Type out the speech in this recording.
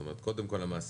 זאת אומרת קודם כל מאתר,